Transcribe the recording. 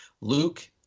Luke